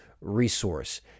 resource